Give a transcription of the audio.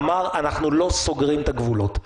ואמר: אנחנו לא סוגרים את הגבולות.